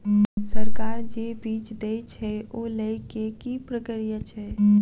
सरकार जे बीज देय छै ओ लय केँ की प्रक्रिया छै?